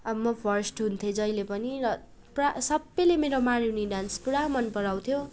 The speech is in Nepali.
अब म फर्स्ट हुन्थेँ जहिले पनि र प्रा सबैले मेरो मारुनी डान्स पुरा मनपराउँथ्यो